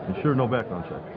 sure no background check?